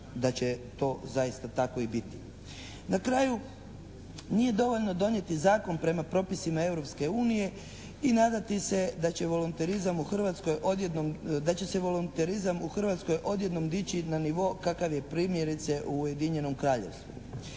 da će to zaista tako i biti. Na kraju, nije dovoljno donijeti zakon prema propisima Europske unije i nadati se da će se voluntarizam u Hrvatskoj odjednom dići na nivo kakav je primjerice u Ujedinjenom Kraljevstvu.